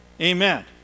Amen